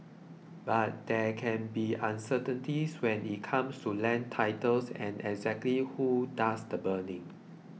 but there can be uncertainty when it comes to land titles and exactly who does the burning